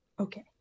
Okay